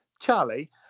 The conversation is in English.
Charlie